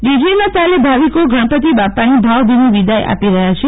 ડીજેના તાલે ભાવિકો ગણપતિ બાપાની ભાવભીની વિદાય આપી રહયા છે